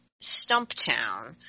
Stumptown